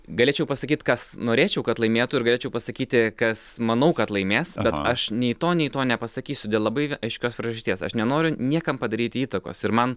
galėčiau pasakyt kas norėčiau kad laimėtų ir galėčiau pasakyti kas manau kad laimės aš nei to nei to nepasakysiu dėl labai aiškios priežasties aš nenoriu niekam padaryti įtakos ir man